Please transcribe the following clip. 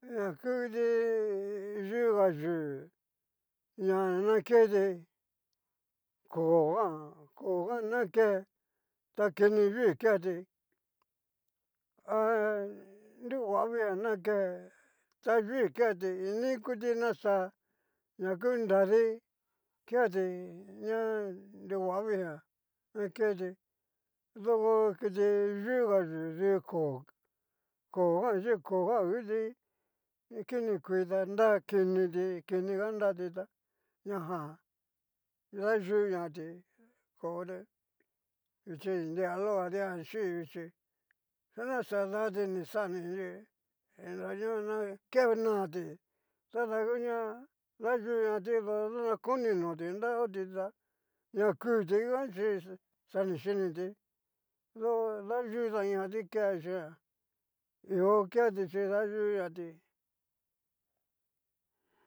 Ña ngu kiti yugayu ña na keti koo jan, koo jan ña ke ta kini yúi keati ha nruhuavii jan ña ke ta yui keti inikuti naxa na ku nradi keati ña nruguavii han ñaketi, doko kiti yúga yú koo, kojan chi kojan nguti kinikui ta nra kiniti, kini ngarati ta ña jan dayuñati kore vichi ni nria lokadia jan xii vichi xana xa dati ni xani ni nroño naa ke nati tada nguña dayu ñati do na koni noti nra hoti dá ña kuti nguan chi xa ni chiniti tó dayutanña kiti kiadichi jan hio keti chí dayú ñati.